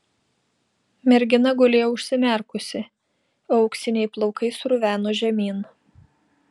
mergina gulėjo užsimerkusi o auksiniai plaukai sruveno žemyn